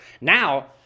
Now